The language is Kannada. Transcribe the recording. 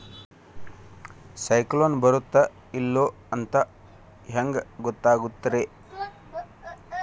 ಸೈಕ್ಲೋನ ಬರುತ್ತ ಇಲ್ಲೋ ಅಂತ ಹೆಂಗ್ ಗೊತ್ತಾಗುತ್ತ ರೇ?